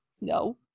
no